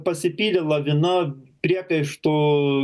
pasipylė lavina priekaištų